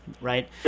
right